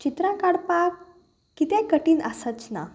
चित्रां काडपाक कितें कठीण आसच ना